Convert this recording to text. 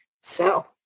So-